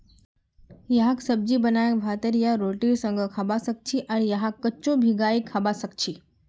यहार सब्जी बनाए भातेर या रोटीर संगअ खाबा सखछी आर यहाक कच्चो भिंगाई खाबा सखछी